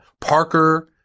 Parker